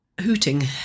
Hooting